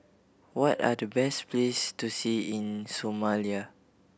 what are the best place to see in Somalia